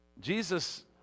Jesus